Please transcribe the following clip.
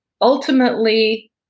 Ultimately